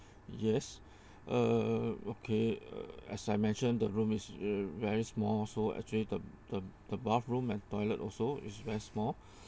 yes uh okay uh as I mentioned the room is uh very small so actually the the the bathroom and toilet also is very small